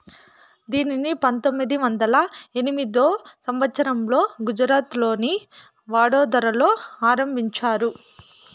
దీనిని పంతొమ్మిది వందల ఎనిమిదో సంవచ్చరంలో గుజరాత్లోని వడోదరలో ఆరంభించారు